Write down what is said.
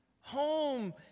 Home